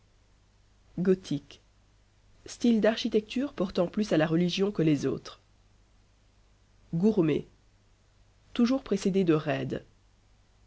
gothique style d'architecture portant plus à la religion que les autres gourmé toujours précédé de raide